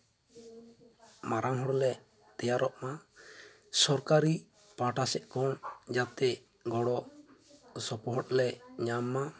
ᱢᱟᱨᱟᱝ ᱦᱚᱲ ᱞᱮ ᱛᱮᱭᱟᱨᱚᱜ ᱢᱟ ᱥᱚᱨᱠᱟᱨᱤ ᱯᱟᱦᱴᱟ ᱥᱮᱡ ᱠᱷᱚᱱ ᱡᱟᱛᱮ ᱜᱚᱲᱚ ᱥᱚᱯᱚᱦᱚᱫ ᱞᱮ ᱧᱟᱢ ᱢᱟ